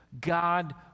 God